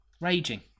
raging